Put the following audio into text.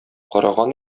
караган